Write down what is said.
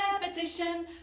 repetition